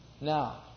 Now